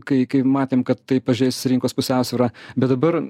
kai kai matėm kad tai pažeis rinkos pusiausvyrą bet dabar